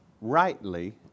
rightly